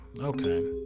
okay